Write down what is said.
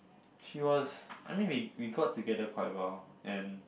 she was I mean we we got together quite well and